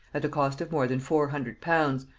at the cost of more than four hundred pounds,